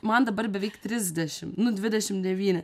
man dabar beveik trisdešim dvidešim devyni